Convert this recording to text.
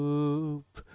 oop!